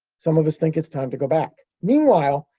some of us think it's time to go back. meanwhile,